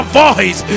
voice